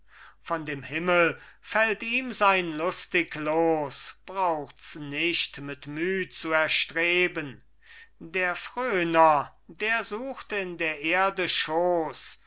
von dem himmel fällt ihm sein lustiges los brauchts nicht mit müh zu erstreben der fröner der sucht in der erde schoß